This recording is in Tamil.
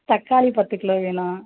தக்காளி பத்து கிலோ வேணும்